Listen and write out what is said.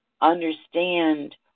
understand